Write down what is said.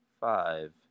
five